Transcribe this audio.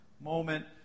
moment